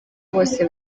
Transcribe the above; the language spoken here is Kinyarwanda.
bose